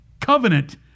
covenant